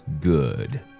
good